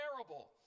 terrible